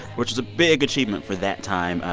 which was a big achievement for that time.